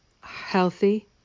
healthy